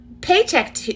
paycheck